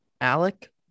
Alec